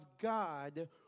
God